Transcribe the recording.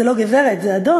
"זה לא גברת, זה אדון"